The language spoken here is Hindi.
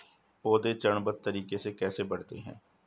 पौधे चरणबद्ध तरीके से कैसे बढ़ते हैं?